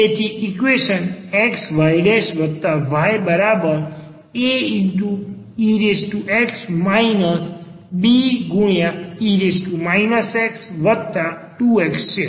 તેથી તે equation xy y aex be x 2x છે